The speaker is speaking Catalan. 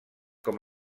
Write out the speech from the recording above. com